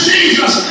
Jesus